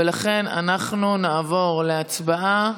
ולכן אנחנו נעבור להצבעה